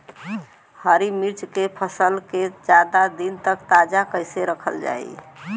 हरि मिर्च के फसल के ज्यादा दिन तक ताजा कइसे रखल जाई?